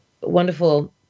wonderful